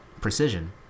precision